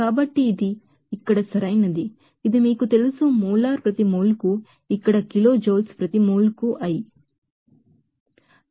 కాబట్టి ఇది ఇక్కడ సరైనది ఇది మోలార్ ప్రతి మోల్ కు ఇక్కడ కిలోజౌల్స్ ప్రతి మోల్ కు i